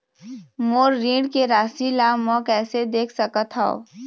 मोर ऋण के राशि ला म कैसे देख सकत हव?